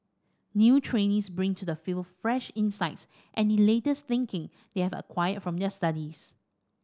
new trainees bring to the field fresh insights and the latest thinking they have acquired from their studies